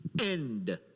end